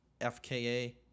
FKA